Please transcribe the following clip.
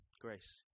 grace